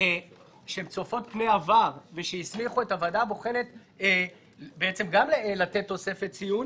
שהן צופות פני עבר ושהסמיכו את הוועדה הבוחנת בעצם גם לתת תוספת ציון,